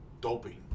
doping